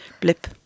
Blip